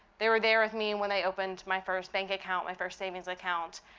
they were there with me when they opened my first bank account, my first savings account,